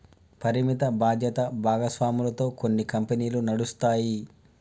పరిమిత బాధ్యత భాగస్వామ్యాలతో కొన్ని కంపెనీలు నడుస్తాయి